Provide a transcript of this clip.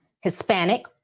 Hispanic